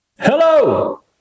Hello